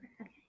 Okay